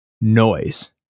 noise